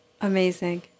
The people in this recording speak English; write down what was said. Amazing